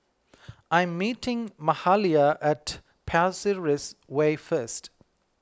I am meeting Mahalia at Pasir Ris Way first